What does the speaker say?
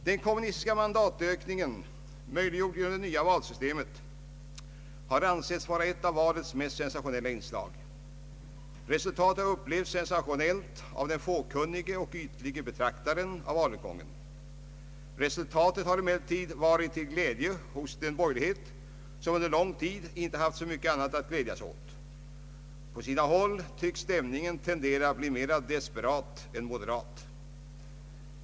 Den kommunistiska mandatökningen, möjliggjord genom det nya valsystemet, har ansetts vara ett av valets mest sensationella inslag. Resultatet har upplevts sensationellt av den fåkunnige och ytlige betraktaren av valutgången. Emellertid har resultatet varit till glädje för den borgerlighet som under lång tid inte haft så mycket annat att glädja sig åt. På sina håll tycks stämningen tendera att bli mer desperat än moderat.